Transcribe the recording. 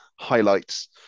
highlights